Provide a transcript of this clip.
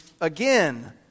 again